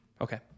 Okay